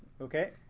Okay